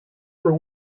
for